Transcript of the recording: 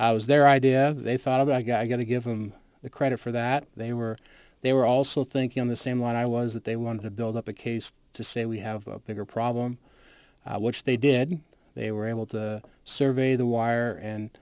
i was their idea they thought of a guy going to give them the credit for that they were they were also thinking on the same line i was that they wanted to build up a case to say we have a bigger problem which they did they were able to survey the wire and